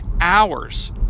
hours